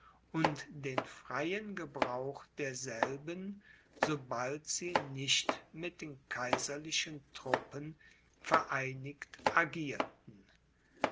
und den freien gebrauch derselben sobald sie nicht mit den kaiserlichen truppen vereinigt agierten